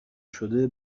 شده